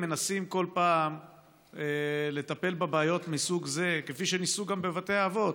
מנסים בכל פעם לטפל בבעיות מסוג זה כפי שניסו גם בבתי האבות,